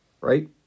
right